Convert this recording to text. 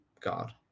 God